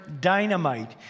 dynamite